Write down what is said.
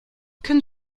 können